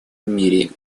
мире